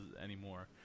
anymore